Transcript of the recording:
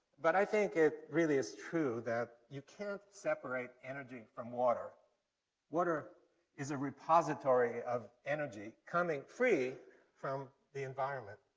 but i think it really is true that you can't separate energy from water water is a repository of energy coming free from the environment.